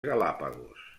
galápagos